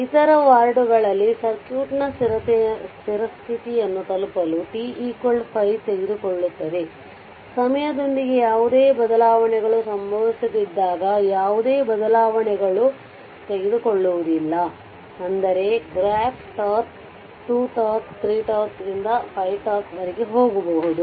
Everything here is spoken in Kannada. ಇತರ ವಾರ್ಡ್ಗಳಲ್ಲಿ ಸರ್ಕ್ಯೂಟ್ ನ ಸ್ಥಿರಸ್ಥಿತಿಯನ್ನು ತಲುಪಲು t5 ತೆಗೆದುಕೊಳ್ಳುತ್ತದೆ ಸಮಯದೊಂದಿಗೆ ಯಾವುದೇ ಬದಲಾವಣೆಗಳು ಸಂಭವಿಸದಿದ್ದಾಗ ಯಾವುದೇ ಬದಲಾವಣೆಗಳು r ತೆಗೆದುಕೊಳ್ಳುವುದಿಲ್ಲ ಅಂದರೆ ಗ್ರಾಫ್ τ 2 τ 3 τ ರಿಂದ 5τ ವರೆಗೆ ಹೋಗುವುದು